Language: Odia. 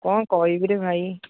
କ'ଣ କହିବିରେ ଭାଇ